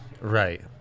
Right